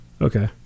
Okay